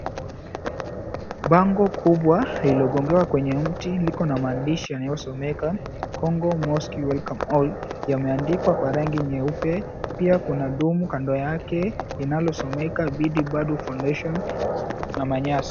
Bango kubwa lililogongewa kwenye mti liko na maandishi yanayosomeka, "congo mostly welcome all",yameandikwa kwa rangi nyeupe. Pia kuna dumu kando yake linalosomeka,"Bidii bado foundation," na manyasi.